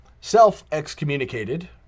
self-excommunicated